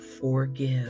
forgive